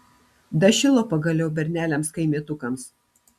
dašilo pagaliau berneliams kaimietukams